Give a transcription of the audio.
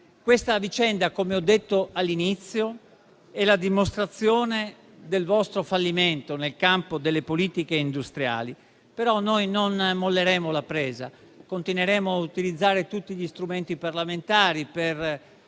Questa vicenda, come ho detto all'inizio, è la dimostrazione del vostro fallimento nel campo delle politiche industriali. Noi non molleremo però la presa e continueremo a utilizzare tutti gli strumenti parlamentari per